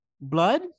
Blood